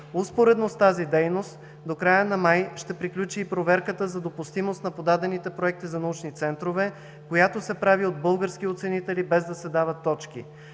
Успоредно с тази дейност до края на май ще приключи и проверката за допустимост на подадените проекти за научни центрове, която се прави от български оценители, без да се дават точки.